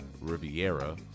Riviera